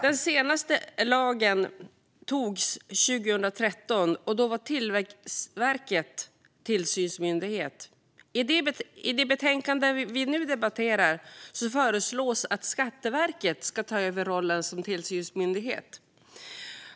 Den senaste lagen antogs 2013, och då var Tillväxtverket tillsynsmyndighet. I det betänkande vi nu debatterar föreslås att Skatteverket ska ta över rollen som tillsynsmyndighet.